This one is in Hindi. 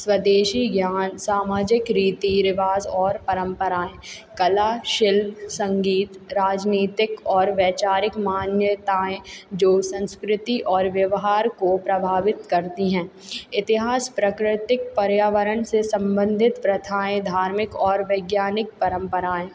स्वदेशी ज्ञान सामाजिक रीति रिवाज और परम्पराएँ कला शिल्प संगीत राजनीतिक और वैचारिक मान्यताएँ जो संस्कृति और व्यवहार को प्रभावित करती हैं इतिहास प्रकृतिक पर्यावरण से संबंधित प्रथाएँ धार्मिक और वैज्ञानिक परम्पराएँ